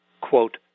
quote